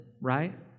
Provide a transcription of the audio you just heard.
right